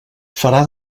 farà